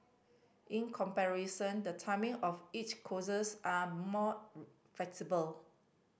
in comparison the timing of each coaches are more flexible